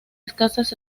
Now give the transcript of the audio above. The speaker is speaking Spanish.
escasas